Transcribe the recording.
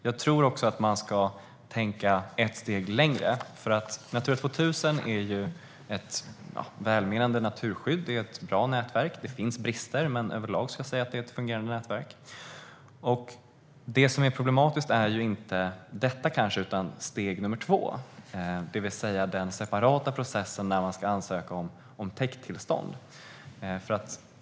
Jag tror också att man bör tänka ett steg längre. Natura 2000 är ett välmenande naturskydd. Det är ett bra nätverk. Det finns brister, men överlag är det ett fungerande nätverk. Det som är problematiskt är kanske inte just detta utan steg nummer två, det vill säga den separata process då man ska ansöka om täkttillstånd.